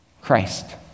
Christ